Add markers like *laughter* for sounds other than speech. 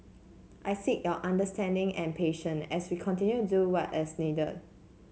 I seek your understanding and *unintelligible* as we continue do what is needed